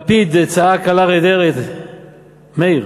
לפיד צעק על אריה דרעי, מאיר,